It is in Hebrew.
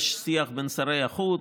יש שיח בין שרי החוץ.